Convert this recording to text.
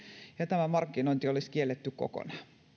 ja tämä markkinointi olisi kielletty kokonaan